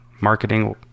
marketing